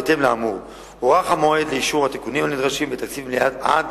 בהתאם לאמור נדחה המועד לאישור התיקונים הנדרשים בתקציב עד